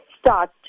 start